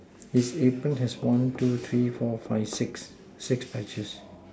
his apron has one two three four five six six patches